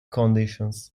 conditions